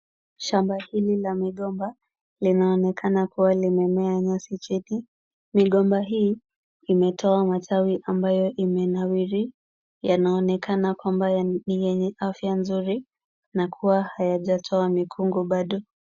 Shamba hili la migomba linaonekana kuwa limemea nyasi chini. Migomba hii imetoa matawi ambayo imenawiri. Yanaonekana kwamba ni yenye afya nzuri na kuwa hayajatoa mikungu bado.